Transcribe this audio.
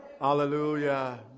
Hallelujah